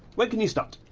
when can you start?